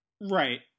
Right